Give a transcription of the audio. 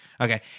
Okay